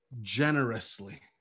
generously